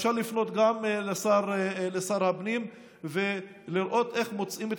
אפשר לפנות גם לשר הפנים ולראות איך מוצאים את